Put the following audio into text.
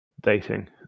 dating